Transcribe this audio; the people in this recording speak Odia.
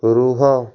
ରୁହ